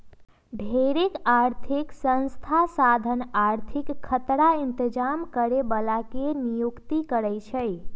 ढेरेक आर्थिक संस्था साधन आर्थिक खतरा इतजाम करे बला के नियुक्ति करै छै